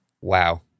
Wow